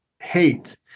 hate